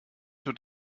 wird